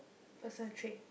personal trait